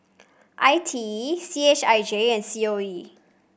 I T E C H I J and C O E